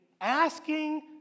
asking